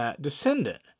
descendant